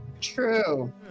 True